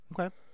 Okay